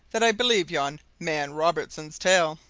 that i believe yon man robertson's tale,